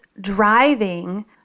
driving